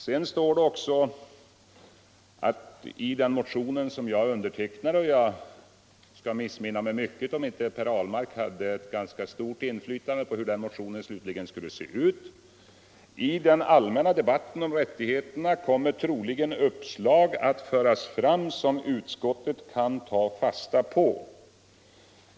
Sedan står det också i denna motion som jag undertecknat — och jag skulle missminna mig mycket om inte Per Ahlmark hade ett ganska stort inflytande på hur den motionen slutligen skulle se ut: ”I den allmänna debatten om rättigheterna kommer troligen uppslag att föras fram som utskottet kan ta fasta på.